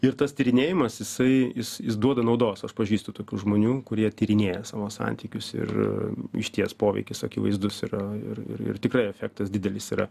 ir tas tyrinėjimas jisai jis jis duoda naudos aš pažįstu tokių žmonių kurie tyrinėja savo santykius ir išties poveikis akivaizdus yra ir ir tikrai efektas didelis yra